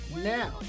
Now